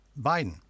biden